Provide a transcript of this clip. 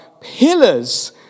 pillars